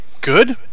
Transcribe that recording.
good